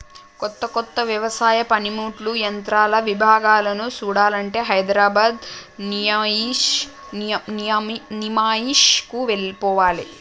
కొత్త కొత్త వ్యవసాయ పనిముట్లు యంత్రాల విభాగాలను చూడాలంటే హైదరాబాద్ నిమాయిష్ కు పోవాలే